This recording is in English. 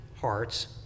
hearts